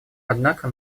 однако